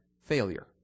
failure